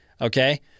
Okay